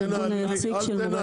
הארגון היציג של מורי הדרך.